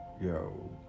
yo